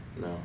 no